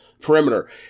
perimeter